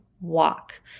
walk